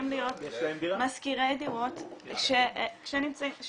להיות משכירי דירות שנמצאים --- אבל יש להם דירה.